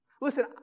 Listen